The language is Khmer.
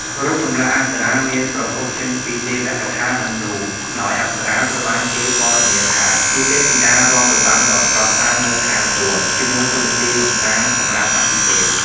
រូបចម្លាក់អប្សរា មានប្រភពចេញពីទេវកថាហិណ្ឌូ ដោយអប្សរាត្រូវបានគេពណ៌នាថាជាទេពធីតារាំរបាំដ៏ស្រស់ស្អាតនៅស្ថានសួគ៌ ជាមួយតួនាទីកម្សាន្តសម្រាប់អាទិទេព។